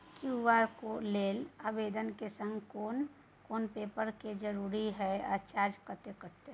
QR code लेल आवेदन के संग कोन कोन पेपर के जरूरत इ आ चार्ज कत्ते कटते?